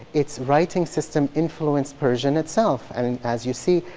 its writing system influenced persian itself. and and as you see,